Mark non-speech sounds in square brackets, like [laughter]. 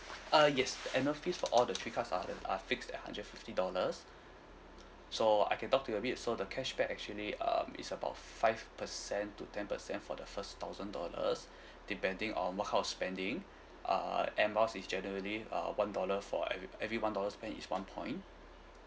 uh yes the annual fees for all the three cards are the are fixed at hundred fifty dollars [breath] so I can talk to you a bit so the cashback actually um is about five percent to ten percent for the first thousand dollars [breath] depending on what kind of spending uh Air Miles is generally uh one dollar for every every one dollar spent is one point